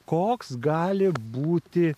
koks gali būti